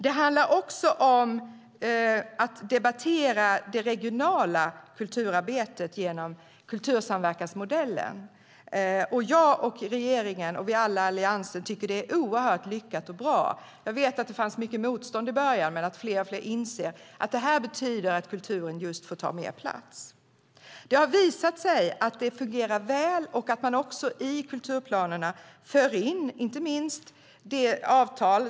Det handlar också om att debattera det regionala kulturarbetet genom kultursamverkansmodellen. Jag, regeringen och vi alla i Alliansen tycker att det är oerhört lyckat och bra. Jag vet att det fanns mycket motstånd i början. Men allt fler inser att det betyder att kulturen får ta mer plats. Det har visat sig att det fungerar väl och att man i kulturplanerna för in inte minst avtal.